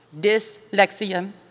Dyslexia